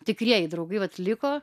tikrieji draugai vat liko